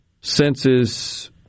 senses